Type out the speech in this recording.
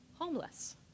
homeless